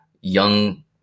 young